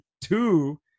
two